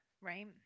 Right